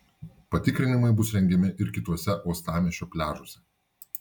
patikrinimai bus rengiami ir kituose uostamiesčio pliažuose